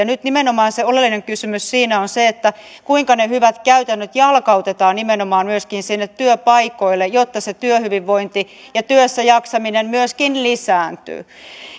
nyt nimenomaan se oleellinen kysymys siinä on se kuinka ne hyvät käytännöt jalkautetaan nimenomaan myöskin sinne työpaikoille jotta se työhyvinvointi ja työssäjaksaminen myöskin lisääntyy